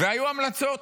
והיו המלצות.